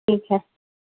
ٹھیک ہے